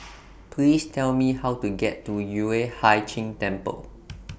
Please Tell Me How to get to Yueh Hai Ching Temple